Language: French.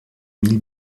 mille